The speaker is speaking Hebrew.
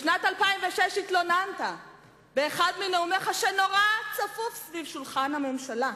בשנת 2006 התלוננת באחד מנאומיך שנורא צפוף סביב שולחן הממשלה,